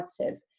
positive